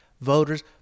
voters